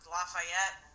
Lafayette